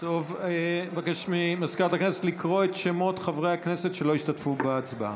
אני מבקש ממזכירת הכנסת לקרוא בשמות חברי הכנסת שלא השתתפו בהצבעה.